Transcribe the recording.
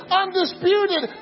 undisputed